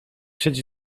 siedzi